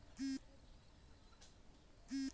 चीड़ेर सुपाड़ी केवल उन्नतीस प्रजातिर खाद्य हछेक